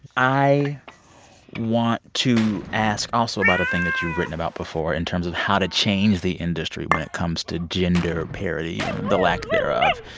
i want to ask, also, about a thing that you've written about before in terms of how to change the industry when it comes to gender parity yeah the lack thereof.